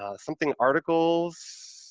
ah something articles,